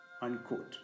unquote